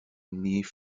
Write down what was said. nie